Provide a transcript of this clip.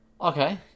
Okay